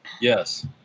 yes